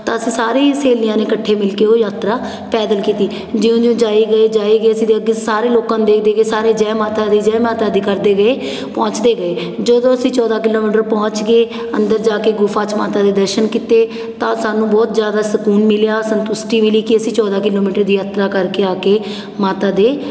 ਤਾਂ ਅਸੀਂ ਸਾਰੇ ਹੀ ਸਹੇਲੀਆਂ ਨੇ ਇਕੱਠੇ ਮਿਲ ਕੇ ਉਹ ਯਾਤਰਾ ਪੈਦਲ ਕੀਤੀ ਜਿਉਂ ਜਿਉਂ ਜਾਈ ਗਏ ਜਾਈ ਗਏ ਅਸੀ ਤਾਂ ਅੱਗੇ ਸਾਰੇ ਲੋਕਾਂ ਨੂੰ ਦੇਖ ਦੇਖ ਕੇ ਸਾਰੇ ਜੈ ਮਾਤਾ ਦੀ ਜੈ ਮਾਤਾ ਦੀ ਕਰਦੇ ਗਏ ਪਹੁੰਚਦੇ ਗਏ ਜਦੋਂ ਅਸੀਂ ਚੌਦ੍ਹਾਂ ਕਿਲੋਮੀਟਰ ਪਹੁੰਚ ਗਏ ਅੰਦਰ ਜਾ ਕੇ ਗੁਫਾ 'ਚ ਮਾਤਾ ਦੇ ਦਰਸ਼ਨ ਕੀਤੇ ਤਾਂ ਸਾਨੂੰ ਬਹੁਤ ਜ਼ਿਆਦਾ ਸਕੂਨ ਮਿਲਿਆ ਸੰਤੁਸ਼ਟੀ ਮਿਲੀ ਕਿ ਅਸੀਂ ਚੌਦ੍ਹਾਂ ਕਿਲੋਮੀਟਰ ਦੀ ਯਾਤਰਾ ਕਰਕੇ ਆ ਕੇ ਮਾਤਾ ਦੇ